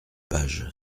page